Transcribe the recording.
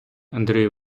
андрію